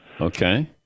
Okay